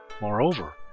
Moreover